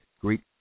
great